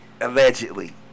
Allegedly